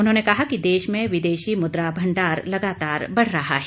उन्होंने कहा कि देश में विदेशी मुद्रा भंडार लगातार बढ़ रहा है